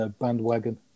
bandwagon